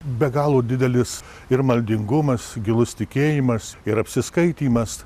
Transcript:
be galo didelis ir maldingumas gilus tikėjimas ir apsiskaitymas